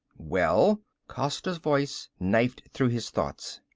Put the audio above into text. well? costa's voice knifed through his thoughts.